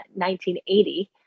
1980